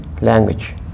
language